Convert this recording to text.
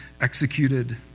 executed